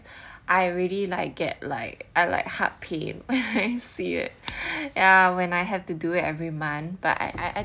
I already like get like I like heart pain see it ya when I have to do every month but I I I